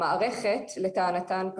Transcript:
לטענתן,